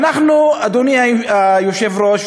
אדוני היושב-ראש,